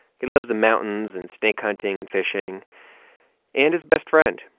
he loves the mountains and stick hunting and fishing and his best friend,